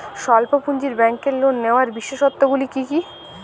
স্বল্প পুঁজির ব্যাংকের লোন নেওয়ার বিশেষত্বগুলি কী কী?